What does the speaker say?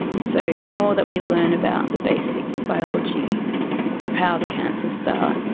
so the more that we learn about the basic biology of how the cancers start,